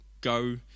go